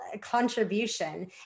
contribution